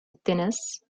التنس